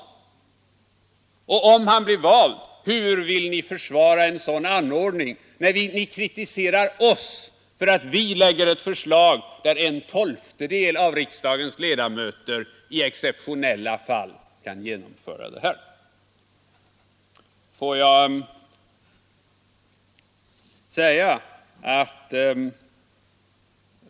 Och om han blir vald, hur vill ni då motivera en sådan anordning, när ni kritiserar oss för att vi framlägger förslag om att en tolftedel av riksdagens ledamöter i exceptionella fall kan genomföra valet?